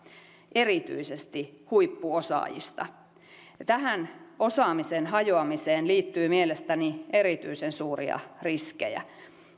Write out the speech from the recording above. erityisesti huippuosaajista tähän osaamisen hajoamiseen liittyy mielestäni erityisen suuria riskejä